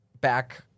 back